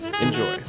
Enjoy